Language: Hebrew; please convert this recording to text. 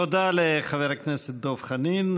תודה לחבר הכנסת דב חנין.